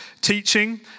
Teaching